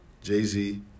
Jay-Z